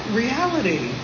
reality